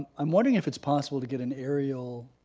i'm wondering if it's possible to get an aerial